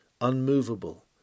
unmovable